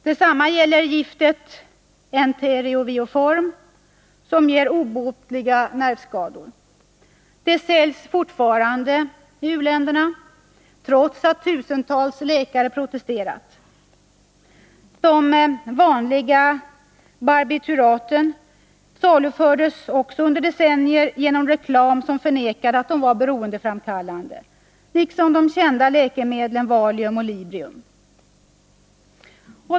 Detsamma gäller giftet entero-vioform, som ger obotliga nervskador. Det säljs fortfarande i u-länderna, trots att tusentals läkare protesterat. De vanliga barbituraten salufördes också under decennier med hjälp av en reklam som förnekade att de var beroendeframkallande, liksom de kända läkemedlen valium och librium.